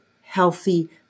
healthy